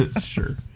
Sure